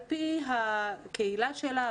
על-פי הקהילה שלה,